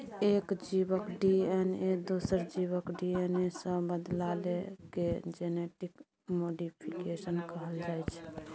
एक जीबक डी.एन.ए दोसर जीबक डी.एन.ए सँ बदलला केँ जेनेटिक मोडीफिकेशन कहल जाइ छै